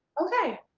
okay!